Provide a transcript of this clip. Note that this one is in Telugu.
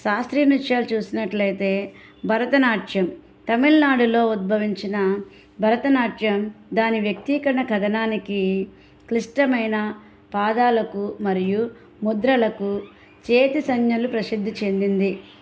శాస్త్రీయ నృత్యాలు చూసినట్లయితే భరతనాట్యం తమిళనాడులో ఉద్భవించిన భరతనాట్యం దాని వ్యక్తీకరణ కథనానికి క్లిష్టమైన పాదాలకు మరియు ముద్రలకు చేతి సంజ్ఞలు ప్రసిద్ధి చెందింది